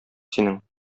синең